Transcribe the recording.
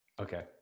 okay